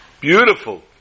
Beautiful